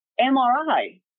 MRI